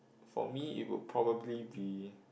for me it would probably me